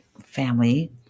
family